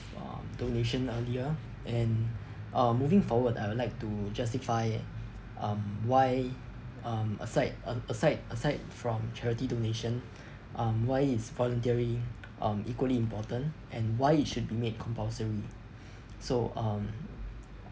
um donation earlier and uh moving forward I would like to justify um why um aside uh aside aside from charity donation um why is volunteering um equally important and why it should be made compulsory so um